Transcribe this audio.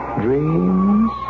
dreams